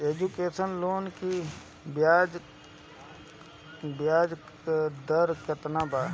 Education loan की ब्याज दर केतना बा?